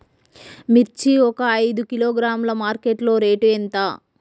మిర్చి ఒక ఐదు కిలోగ్రాముల మార్కెట్ లో రేటు ఎంత?